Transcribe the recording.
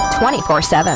24-7